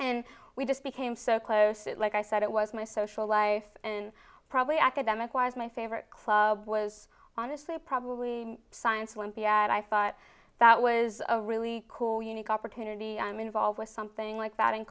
and we just became so close and like i said it was my social life and probably academics was my favorite club was honestly probably science one pm and i thought that was a really cool unique opportunity i'm involved with something like that in